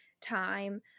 time